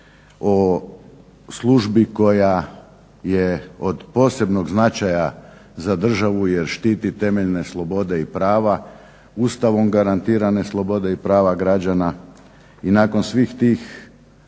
o službi koja je od posebnog značaja za državu jer štiti temeljne slobode i prava, ustavom garantirane slobode i prava građana. I nakon svih tih,